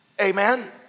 Amen